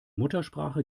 muttersprache